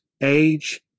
age